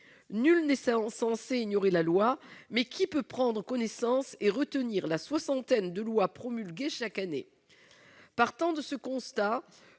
Nul n'est censé ignorer la loi, mais qui peut prendre connaissance et retenir la soixantaine de lois promulguées chaque année ?